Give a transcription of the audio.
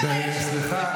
סליחה,